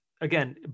again